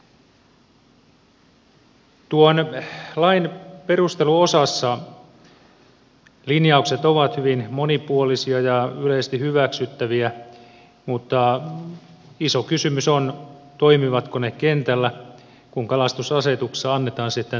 tuon lain perusteluosassa linjaukset ovat hyvin monipuolisia ja yleisesti hyväksyttäviä mutta iso kysymys on toimivatko ne kentällä kun kalastusasetuksessa annetaan sitten tarkennetut ohjeet